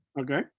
Okay